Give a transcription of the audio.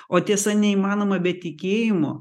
o tiesa neįmanoma be tikėjimo